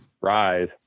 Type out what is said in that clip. rise